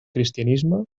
cristianisme